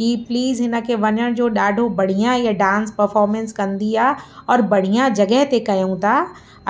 की प्लीज हिनखे वञण जो ॾाढो बढ़िया हीअ डांस परफ़ोर्मेंस कंदी आहे और बढ़िया जॻहि ते कयऊं था